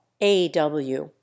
aw